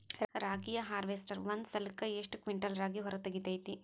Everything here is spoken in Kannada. ರಾಗಿಯ ಹಾರ್ವೇಸ್ಟರ್ ಒಂದ್ ಸಲಕ್ಕ ಎಷ್ಟ್ ಕ್ವಿಂಟಾಲ್ ರಾಗಿ ಹೊರ ತೆಗಿತೈತಿ?